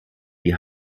die